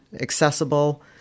accessible